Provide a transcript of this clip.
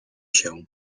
się